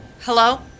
Hello